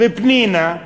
ופנינה,